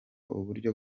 uburyo